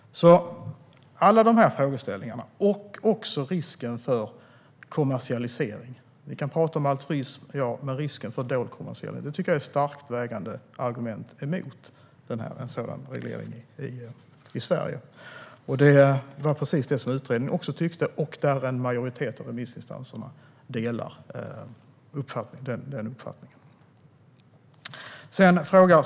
Alla dessa frågeställningar och risken för kommersialisering - vi kan tala om altruism, men det finns en risk för dold kommersialisering - är starkt vägande argument mot en sådan reglering i Sverige. Detta tyckte också utredaren, och en majoritet av remissinstanserna delade denna uppfattning.